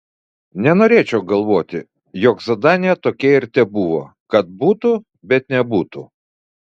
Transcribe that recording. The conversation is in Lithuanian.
nenorėčiau galvoti jog zadanija tokia ir tebuvo kad būtų bet nebūtų